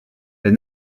les